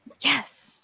Yes